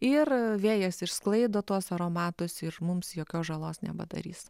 ir vėjas išsklaido tuos aromatus ir mums jokios žalos nepadarys